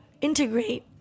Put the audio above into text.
integrate